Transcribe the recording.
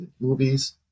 movies